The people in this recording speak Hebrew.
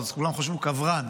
אז כולם חושבים שהוא כוורן.